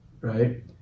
right